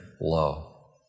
low